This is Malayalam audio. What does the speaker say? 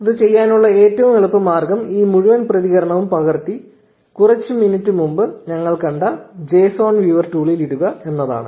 ഇത് ചെയ്യാനുള്ള ഏറ്റവും എളുപ്പ മാർഗം ഈ മുഴുവൻ പ്രതികരണവും പകർത്തി കുറച്ച് മിനിറ്റ് മുമ്പ് ഞങ്ങൾ കണ്ട json വ്യൂവർ ടൂളിൽ ഇടുക എന്നതാണ്